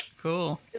Cool